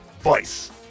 Vice